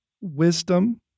wisdom